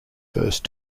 first